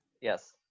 yes